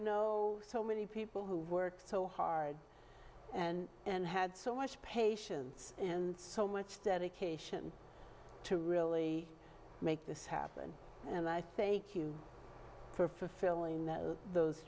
know so many people who work so hard and and had so much patience and so much dedication to really make this happen and i thank you for fulfilling that those